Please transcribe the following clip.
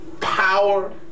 power